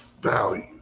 value